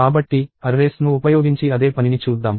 కాబట్టి అర్రేస్ ను ఉపయోగించి అదే పనిని చూద్దాం